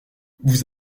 vous